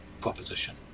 proposition